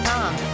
Tom